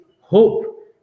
hope